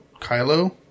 Kylo